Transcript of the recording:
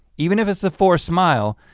even if it's a forced smile,